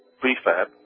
prefab